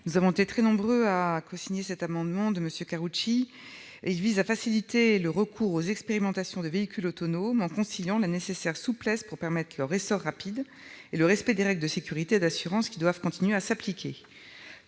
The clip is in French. Nous avons été très nombreux à cosigner cet amendement proposé par M. Karoutchi, qui vise à faciliter le recours aux expérimentations de véhicules autonomes en conciliant la nécessaire souplesse, pour permettre leur essor rapide, et le respect des règles de sécurité et d'assurance, qui doivent continuer à s'appliquer.